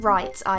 Right